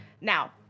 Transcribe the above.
Now